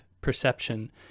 perception